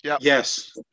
Yes